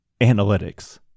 analytics